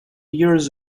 years